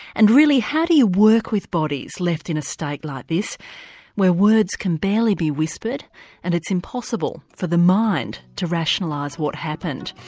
and really, how do you work with bodies left in a state like this where words can barely be whispered and it's impossible for the mind to rationalise what happened.